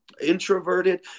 introverted